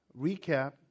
recap